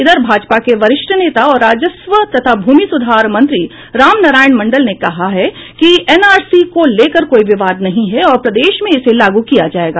इधर भाजपा के वरिष्ठ नेता और राजस्व तथा भूमि सुधार मंत्री राम नारायण मंडल ने कहा है कि एनआरसी को लेकर कोई विवाद नहीं है और प्रदेश में इसे लागू किया जायेगा